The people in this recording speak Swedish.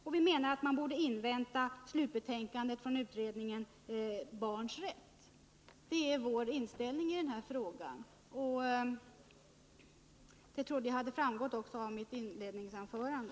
Vi anser också att man borde invänta slutbetänkandet från utredningen om barnens rätt. Det är vår inställning i den här frågan, och det trodde jag hade framgått redan av mitt inledningsanförande.